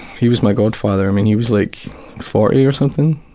he was my godfather, i mean he was like forty or something.